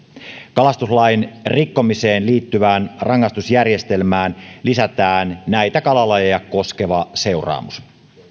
kalastuslain rikkomiseen liittyvään rangaistusjärjestelmään lisätään näitä kalalajeja koskeva seuraamus